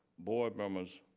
board members,